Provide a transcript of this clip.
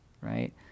right